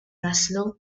naslu